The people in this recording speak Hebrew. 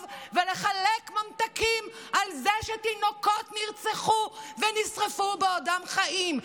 ולחלק ממתקים על זה שתינוקות נרצחו ונשרפו בעודם חיים.